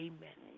Amen